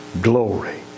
glory